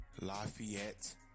Lafayette